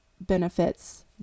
benefits